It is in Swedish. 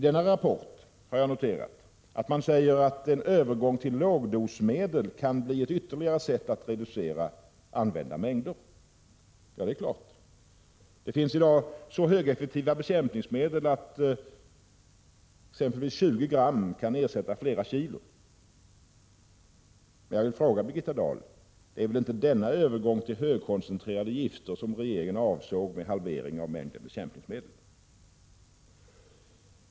Jag har noterat att man i denna rapport säger att en övergång till lågdosmedel kan bli ett ytterligare sätt att reducera använda mängder. Ja, det är klart. Det finns i dag så högeffektiva bekämpningsmedel att exempelvis 20 gram kan ersätta flera kilo. Jag vill fråga Birgitta Dahl: Det var väl inte denna övergång till högkoncentrerade gifter som regeringen avsåg med halvering av mängden bekämpningsmedel?